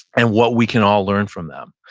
and what we can all learn from them.